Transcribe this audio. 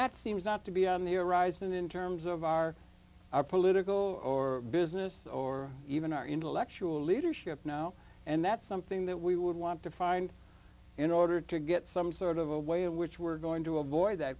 that seems not to be on the arising in terms of our political or business or even our intellectual leadership now and that's something that we would want to find in order to get some sort of a way in which we're going to avoid that